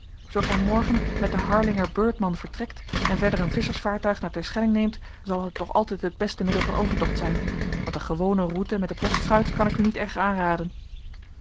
zoo gij morgen met den harlinger beurtman vertrekt en verder een visschersvaartuig naar terschelling neemt zal het toch altijd het beste middel van overtocht zijn want de gewone route met de postschuit kan ik u niet erg aanraden